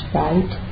right